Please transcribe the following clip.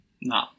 No